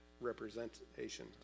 representation